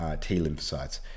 T-lymphocytes